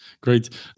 Great